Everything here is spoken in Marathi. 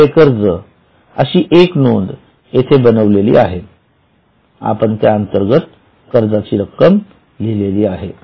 घेतलेले कर्ज अशी एक नोंद येथे बनवलेली आहे आपण त्याअंतर्गत कर्जाची रक्कम लिहिली आहे